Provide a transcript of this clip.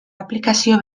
aplikazio